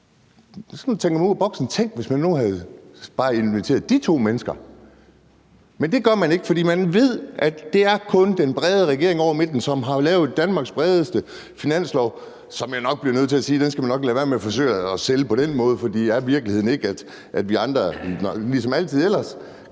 da tænke ud af boksen. Tænk, hvis man nu bare havde inviteret de to mennesker, men det gør man ikke, for man ved, at det er nok med den brede regering hen over midten, som har lavet Danmarks bredeste finanslov, som jeg dog bliver nødt til at sige at man nok skal være med at forsøge at sælge på den måde, for er virkeligheden ikke, at vi andre, ligesom det altid er,